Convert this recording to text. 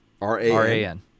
R-A-N